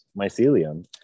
mycelium